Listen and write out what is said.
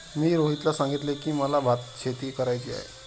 मी रोहितला सांगितले की, मला भातशेती करायची आहे